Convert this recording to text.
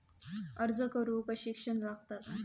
अर्ज करूक शिक्षण लागता काय?